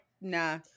nah